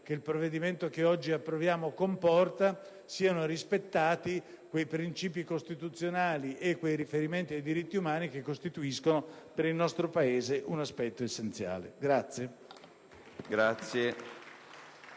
che il provvedimento che oggi approviamo comporta, siano rispettati quei principi costituzionali e quei riferimenti ai diritti umani che costituiscono un aspetto essenziale per